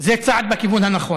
זה צעד בכיוון הנכון.